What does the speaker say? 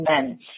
men